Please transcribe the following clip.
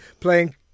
playing